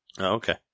Okay